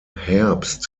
herbst